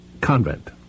convent